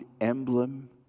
emblem